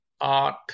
art